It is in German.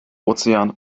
ozean